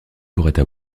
pourraient